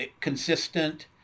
consistent